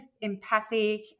empathic